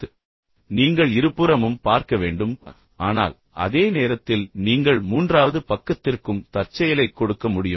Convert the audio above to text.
இப்போது நீங்கள் இருபுறமும் பார்க்க வேண்டும் என்று நான் உங்களுக்குச் சொல்ல முயற்சிக்கிறேன் ஆனால் அதே நேரத்தில் நீங்கள் மூன்றாவது பக்கத்திற்கும் தற்செயலைக் கொடுக்க முடியும்